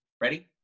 ready